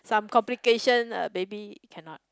some complication uh baby cannot